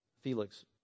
Felix